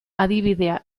adibidea